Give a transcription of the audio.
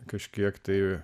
kažkiek tai